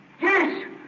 Yes